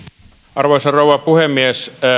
arvoisa rouva puhemies